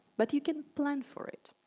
but you can plan for it.